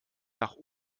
nach